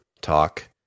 talk